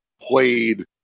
played